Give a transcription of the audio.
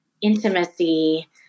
intimacy